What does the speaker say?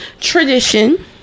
tradition